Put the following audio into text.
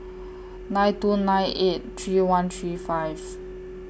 nine two nine eight three one three five